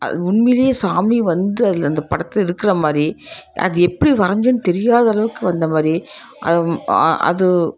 உண்மையிலையே சாமி வந்து அதில் அந்த படத்தில் இருக்கிற மாதிரி அது எப்படி வரைஞ்சோன்னு தெரியாதளவுக்கு வந்த மாதிரி அது அது